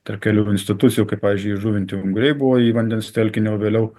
tarp kelių institucijų kaip pavyzdžiui žuvinti unguriais buvo į vandens telkinį o vėliau